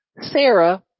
Sarah